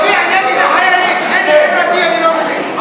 מצביע נגד החיילים, אני לא מבין.